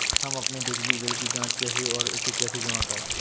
हम अपने बिजली बिल की जाँच कैसे और इसे कैसे जमा करें?